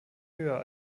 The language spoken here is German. höher